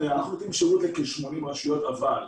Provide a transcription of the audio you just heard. לכ-80 רשויות, אבל בכ-40,